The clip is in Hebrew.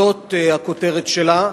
זאת הכותרת שלה.